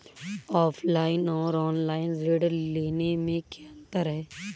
Offline और online ऋण लेने में क्या अंतर है?